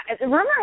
rumor